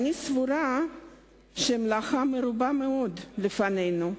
אני סבורה שמלאכה מרובה מאוד לפנינו: